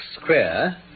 square